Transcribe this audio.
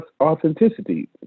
authenticity